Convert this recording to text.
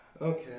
okay